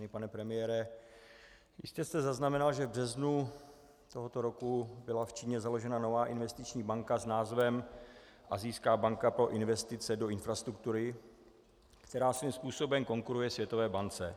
Vážený pane premiére, jistě jste zaznamenal, že v březnu tohoto roku byla v Číně založena nová investiční banka s názvem Asijská banka pro investice do infrastruktury, která svým způsobem konkuruje Světové bance.